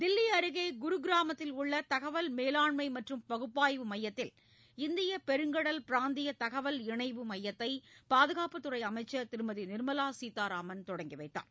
தில்லி அருகே குருகிராமத்தில் உள்ள தகவல் மேலாண்மை மற்றும் பகுப்பாய்வு மையத்தில் இந்தியப் பெருங்கடல் பிராந்திய தகவல் இணைவு மையத்தை பாதுகாப்பு அமைச்சர் திருமதி நிர்மலா சீதாராமன் தொடங்கி வைத்தார்